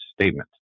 statement